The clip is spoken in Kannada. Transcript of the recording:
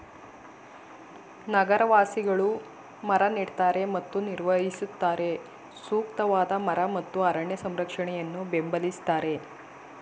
ನಗರ ಅರಣ್ಯವಾಸಿಗಳು ಮರ ನೆಡ್ತಾರೆ ಮತ್ತು ನಿರ್ವಹಿಸುತ್ತಾರೆ ಸೂಕ್ತವಾದ ಮರ ಮತ್ತು ಅರಣ್ಯ ಸಂರಕ್ಷಣೆಯನ್ನು ಬೆಂಬಲಿಸ್ತಾರೆ